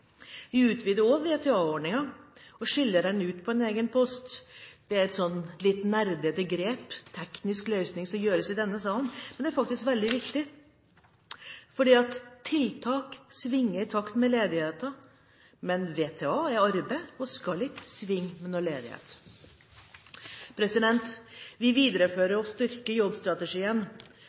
Vi utvider VTA-ordningen og skiller den ut på egen post. Det er et litt nerdete grep, en teknisk løsning som gjøres i denne salen, men det er faktisk veldig viktig, for tiltak svinger i takt med ledigheten, men VTA er arbeid og skal ikke svinge med ledigheten. Vi viderefører og styrker jobbstrategien,